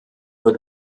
wird